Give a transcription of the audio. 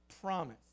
promise